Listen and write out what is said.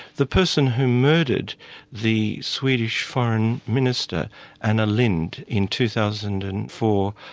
the person who murdered the swedish foreign minister anna lindt in two thousand and four,